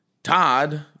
Todd